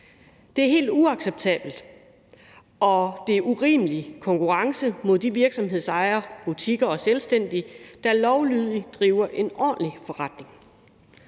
Det er helt uacceptabelt, og det er urimelig konkurrence i forhold til de virksomhedsejere, butikker og selvstændige, der lovlydigt driver en ordentlig forretning.